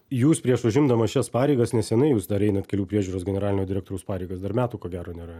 jūs prieš užimdamas šias pareigas nesenai jūs dar einat kelių priežiūros generalinio direktoriaus pareigas dar metų ko gero nėra